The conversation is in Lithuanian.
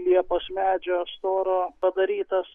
liepos medžio storo padarytas